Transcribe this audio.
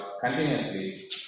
continuously